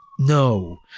no